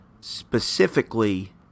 specifically